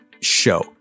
show